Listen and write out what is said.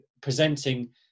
presenting